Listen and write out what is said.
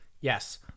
yes